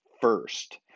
first